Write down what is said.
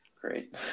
great